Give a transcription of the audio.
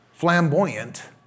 flamboyant